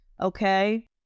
okay